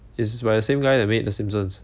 is by the same guy the made the simpsons